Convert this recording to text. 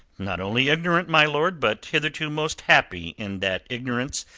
not only ignorant, my lord, but hitherto most happy in that ignorance.